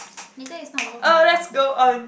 later is not worth my money